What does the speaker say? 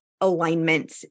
alignment